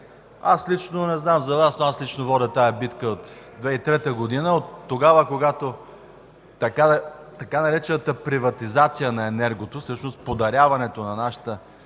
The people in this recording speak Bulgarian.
компании. Не знам за Вас, но аз лично водя тази битка от 2003 г. – оттогава, когато така наречената „приватизация” на енергото, всъщност подаряването на нашата преносна